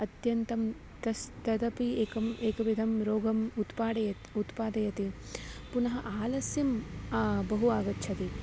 अत्यन्तं तस्तदपि एकम् एकविधं रोगम् उत्पाद्यते उत्पादयति पुनः आलस्यं बहु आगच्छति